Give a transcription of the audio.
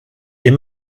est